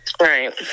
right